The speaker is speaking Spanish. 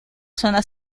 zona